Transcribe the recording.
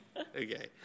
okay